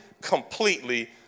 completely